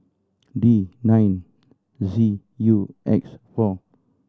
D nine Z U X four